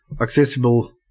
accessible